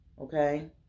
Okay